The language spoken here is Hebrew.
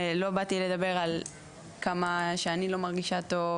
לא באתי לדבר על כמה שאני לא מרגישה טוב,